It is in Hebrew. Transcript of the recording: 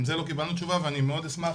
גם על זה לא קיבלנו תשובה ואני מאוד אשמח